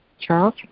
Charles